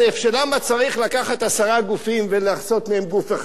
שלְמה צריך לקחת עשרה גופים ולעשות מהם גוף אחד?